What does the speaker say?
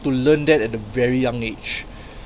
to learn that at a very young age